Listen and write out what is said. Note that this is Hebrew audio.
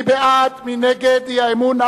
מי בעד, מי נגד אי-האמון?